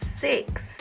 six